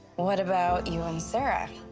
what about you and sarah?